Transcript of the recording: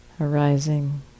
arising